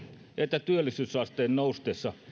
että työllisyysasteen noustessa